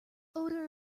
odor